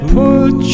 put